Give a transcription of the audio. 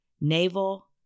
Naval